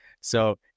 So-